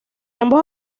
ambos